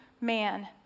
Man